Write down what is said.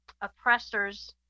oppressors